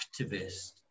activist